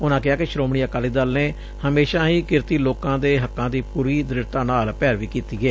ਉਨਾਂ ਕਿਹਾ ਕਿ ਸ੍ਰੋਮਣੀ ਅਕਾਲੀ ਦਲ ਨੇ ਹਮੇਸ਼ਾ ਹੀ ਕਿਰਤੀ ਲੋਕਾਂ ਦੇ ਹੱਕਾਂ ਦੀ ਪੂਰੀ ਦ੍ਰਿੜਤਾ ਨਾਲ ਪੈਰਵੀ ਕੀਤੀ ਏ